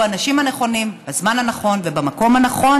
האנשים הנכונים בזמן הנכון ובמקום הנכון,